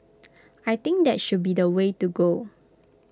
I think that should be the way to go